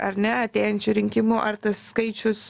ar ne artėjančių rinkimų ar tas skaičius